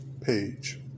page